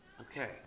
Okay